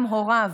גם הוריו